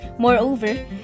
Moreover